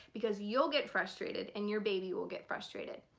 because you'll get frustrated and your baby will get frustrated.